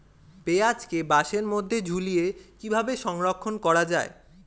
পেঁয়াজকে বাসের মধ্যে ঝুলিয়ে কিভাবে সংরক্ষণ করা হয়?